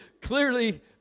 clearly